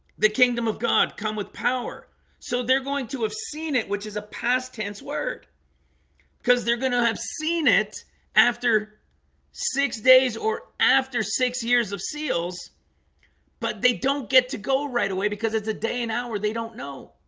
the kingdom of god come with power so they're going to have seen it which is a past tense word because they're gonna have seen it after six days or after six years of seals but they don't get to go right away because it's a day and hour. they don't know